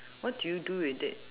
what do you do with it